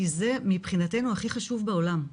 כי זה מבחינתנו הכי חשוב בעולם.